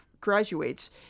graduates